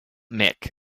mick